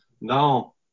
Now